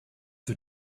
für